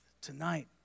tonight